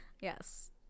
yes